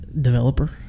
developer